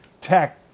tech